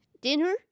Dinner